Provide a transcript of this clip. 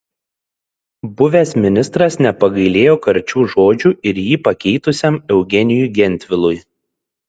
buvęs ministras nepagailėjo karčių žodžių ir jį pakeitusiam eugenijui gentvilui